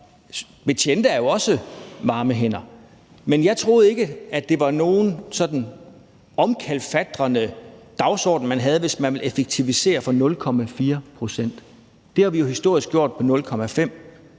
betjente er jo også varme hænder. Men jeg troede ikke, at det var nogen sådan omkalfatrende dagsorden, man havde, hvis man ville effektivisere for 0,4 pct. Det har vi jo historisk gjort med 0,5 pct.